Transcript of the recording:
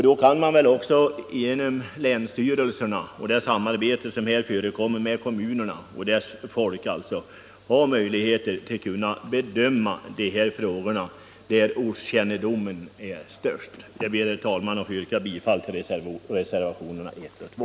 Då kan också länsstyrelserna, i det samarbete som förekommer med kommunerna och människorna där — som har den största: ortskännedomen - ha möjligheter att bedöma de här frågorna. Jag ber, herr talman, att få yrka bifall till reservationerna 1 och 2.